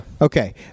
Okay